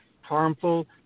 harmful